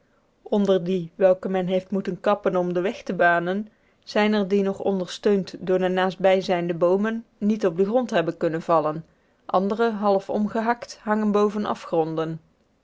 onder die welke men heeft moeten kappen om den weg te banen zijn er die nog ondersteund door de naastbij zijnde boomen niet op den grond hebben kunnen vallen andere half omgehakt hangen boven afgronden